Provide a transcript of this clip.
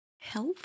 health